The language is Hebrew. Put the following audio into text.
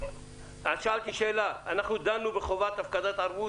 שאלתי שאלה: אנחנו דנו בחובת הפקדת ערבות?